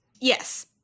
Yes